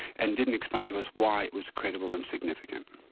and didn't explain to us why it was credible and significant.